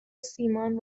سیمان